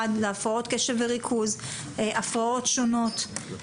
הרי בסוף זה גם עניין כספי.